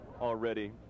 already